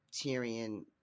Tyrion